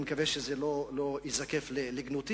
ואני מקווה שזה לא ייזקף לגנותי.